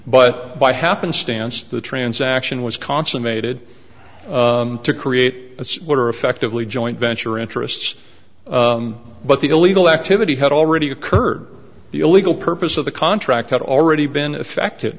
but by happenstance the transaction was consummated to create a sweater effectively joint venture interests but the illegal activity had already occurred the illegal purpose of the contract had already been affected